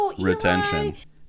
retention